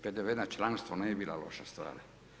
PDV na članstvo ne bi bila loša stvar.